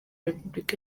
repubulika